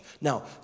Now